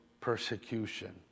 persecution